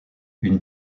une